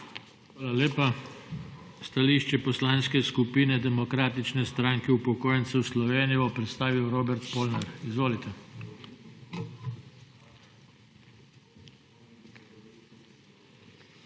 Hvala lepa. Stališče Poslanske skupine Demokratične stranke upokojencev Slovenije bo predstavil Robert Polnar. Izvolite. **ROBERT